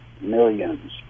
millions